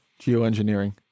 Geoengineering